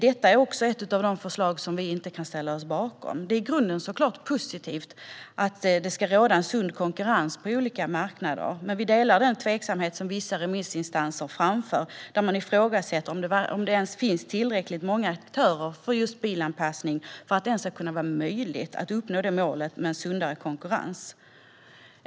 Det är ytterligare ett förslag vi inte kan ställa oss bakom. I grunden är det såklart positivt med en sund konkurrens på olika marknader, men vi delar den tveksamhet som vissa remissinstanser framför. De ifrågasätter om det ens finns tillräckligt många aktörer för just bilanpassning för att det ska vara möjligt att uppnå målet om en sundare konkurrens.